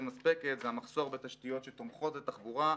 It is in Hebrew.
מספקת זה המחסור בתשתיות שתומכות בתחבורה,